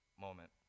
moment